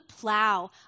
plow